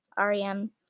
REM